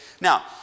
Now